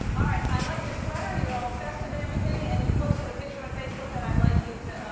all right, i like your sweater. you're all festive and everything, and you posted a picture on facebook that i'd like you to